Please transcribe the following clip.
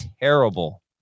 terrible